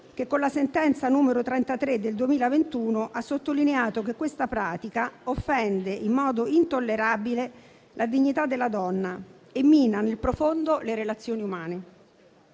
con la sentenza n. 33 del 2021, ha sottolineato che questa pratica «offende in modo intollerabile la dignità della donna e mina nel profondo le relazioni umane».